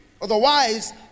Otherwise